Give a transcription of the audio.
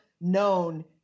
known